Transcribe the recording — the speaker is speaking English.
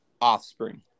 offspring